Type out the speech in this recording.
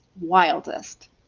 wildest